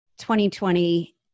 2020